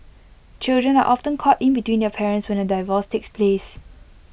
children are often caught in between their parents when A divorce takes place